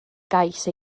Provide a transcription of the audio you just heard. gais